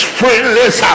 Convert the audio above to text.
friendless